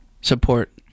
support